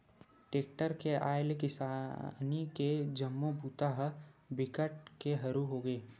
tractor के आए ले किसानी के जम्मो बूता ह बिकट के हरू होगे